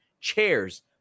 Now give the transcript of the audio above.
chairs